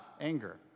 anger